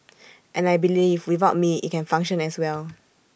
and I believe without me IT can function as well